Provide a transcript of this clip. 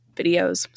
Videos